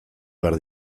behar